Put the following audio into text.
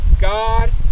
God